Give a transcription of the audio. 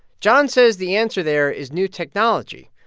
john says the answer there is new technology.